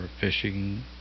fishing